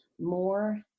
more